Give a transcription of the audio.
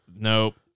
Nope